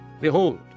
Behold